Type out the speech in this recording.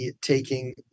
taking